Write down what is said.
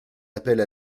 appelle